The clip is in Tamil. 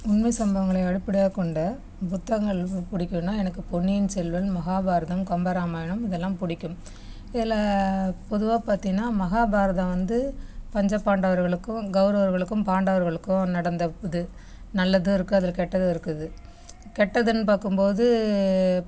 உண்மை சம்பவங்களை அடிப்படையாகக் கொண்ட புத்தகங்கள் இப்போ பிடிக்கும்னா எனக்கு பொன்னியின் செல்வன் மகாபாரதம் கம்பராமாயணம் இதெல்லாம் பிடிக்கும் இதில் பொதுவாக பார்த்திங்கன்னா மகாபாரதம் வந்து பஞ்சபாண்டவர்களுக்கும் கௌரவர்களுக்கும் பாண்டவர்களுக்கும் நடந்த இது நல்லதும் இருக்குது அதில் கெட்டதும் இருக்குது கெட்டதுன்னு பார்க்கும் போது